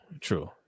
true